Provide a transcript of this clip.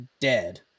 dead